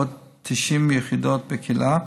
ועוד 90 יחידות בקהילה.